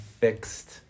fixed